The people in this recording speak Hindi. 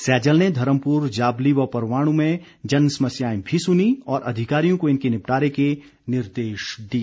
सैजल ने धर्मपुर जाबली व परवाणू में जनसमस्याएं भी सुनीं और अधिकारियों को इनके निपटारे के निर्देश दिए